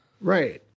right